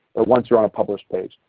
or once you are on a published page.